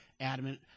adamant